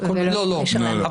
אבל